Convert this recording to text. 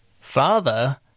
father